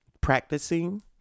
Practicing